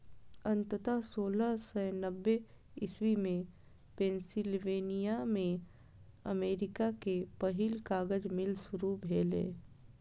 अंततः सोलह सय नब्बे इस्वी मे पेंसिलवेनिया मे अमेरिका के पहिल कागज मिल शुरू भेलै